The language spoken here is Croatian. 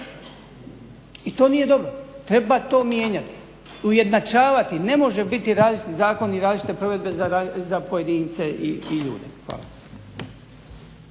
i to nije dobro, treba to mijenjati, ujednačavati, ne može biti različiti zakon i različite provedbe za pojedince i ljude. Hvala.